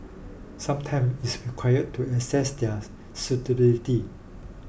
some time is required to assess their suitability